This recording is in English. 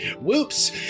Whoops